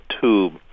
tube